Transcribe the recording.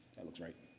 will try to